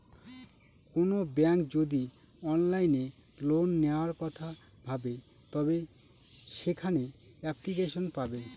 কোনো ব্যাঙ্ক যদি অনলাইনে লোন নেওয়ার কথা ভাবে তবে সেখানে এপ্লিকেশন পাবে